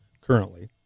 currently